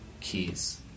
keys